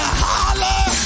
holler